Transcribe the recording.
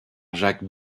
jacques